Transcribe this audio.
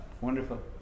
Wonderful